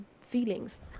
feelings